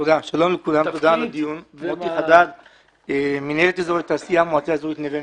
מנכ"ל החברה הכלכלית ברהט ואני גם אמון על אזורי התעשייה ברהט.